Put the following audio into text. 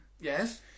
Yes